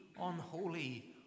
unholy